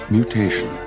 Mutation